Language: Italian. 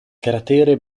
cratere